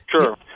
Sure